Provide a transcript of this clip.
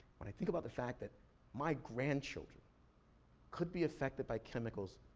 when i think about the fact that my grandchildren could be affected by chemicals